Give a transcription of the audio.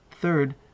Third